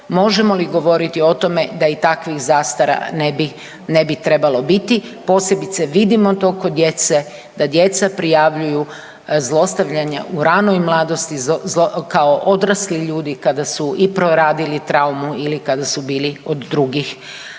možemo li govoriti o tome da i takvih zastara ne bi trebalo biti. Posebice vidimo to kod djece, da djeca prijavljuju zlostavljanja u ranoj mladosti kao odrasli ljudi kada su i proradili traumu ili kada su bili od drugih